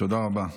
תודה רבה.